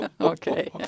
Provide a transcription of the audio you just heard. Okay